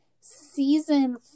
season